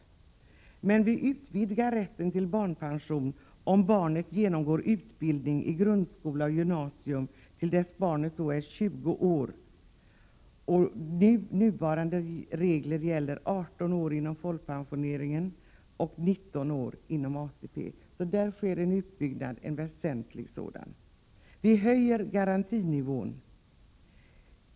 Men vi har utvidgat rätten till barnpension till dess att barnet är 20 år, om barnet genomgår utbildning i grundskola och gymnasium. Enligt nuvarande regler är åldersgränsen satt till 18 år inom folkpensioneringen och 19 år inom ATP. Där sker alltså en utbyggnad, en väsentlig sådan. Vi höjer garantinivån.